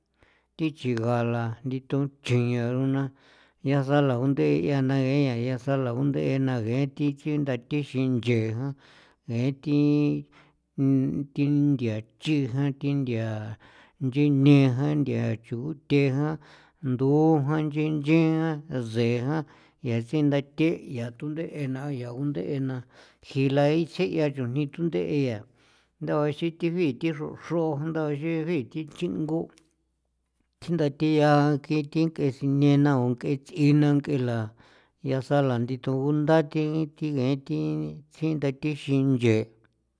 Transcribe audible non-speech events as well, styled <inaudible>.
Thi chi gaanla thi tunchjian ncharoana yaasala gunde'e na ngeeña yaasala gunde'e na ngee thi chi nda thexin nche jan ngee thi <hesitation> thi ndethia chjii jan thia nchenia jan nthia chuthe jan ndojan nchinchian tsee jan yaa tsinda thi yaa tunde'e na yaa gunde'e na jilaichjeia chujni tunde'e yaa ndaxin thi jio thi xro xrondayee jii thi chji'ingo thjinthatea yaa kin thi sinenau unke tsiina keela yasa la litho gunda thi thi ngee thi tsinde'e thi xin nchee.